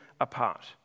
apart